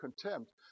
contempt